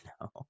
no